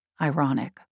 Ironic